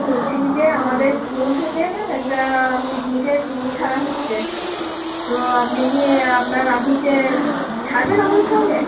বলছি কি যে আমাদের স্কুল থেকে একটা পিকনিকের ট্যুর ছাড়া হচ্ছে তো আপনি কি আপনার রাহুলকে ছাড়বেন আমাদের সঙ্গে